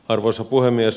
arvoisa puhemies